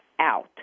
out